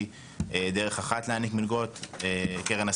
שקרן הסיוע היא דרך אחת להעניק מלגות על בסיס